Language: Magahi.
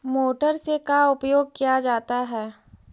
मोटर से का उपयोग क्या जाता है?